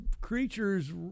creatures